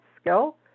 skill